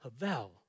Havel